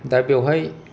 दा बेयावहाय